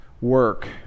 work